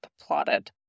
plotted